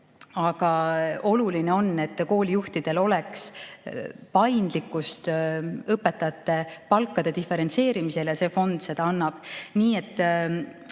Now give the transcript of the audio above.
Aga oluline on, et koolijuhtidel oleks paindlikkust õpetajate palkade diferentseerimisel, ja see fond seda annab.